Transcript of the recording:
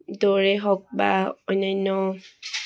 দৌৰে হওক বা অন্যান্য